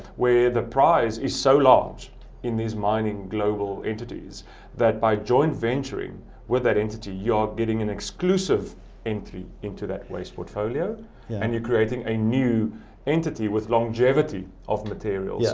where the prize is so large in these mining global entities that by joint venturing with that entity, you're getting an exclusive entry into that waste portfolio and you're creating a new entity with longevity of material.